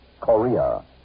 Korea